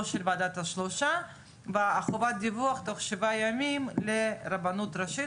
או של ועדת השלושה וחובת דיווח תוך שבעה ימים לרבנות ראשית,